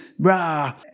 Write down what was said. brah